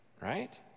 right